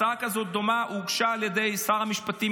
הצעה כזו דומה הוגשה על ידי שר המשפטים,